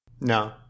No